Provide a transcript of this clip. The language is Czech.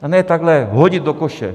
A ne takhle hodit do koše!